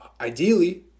ideally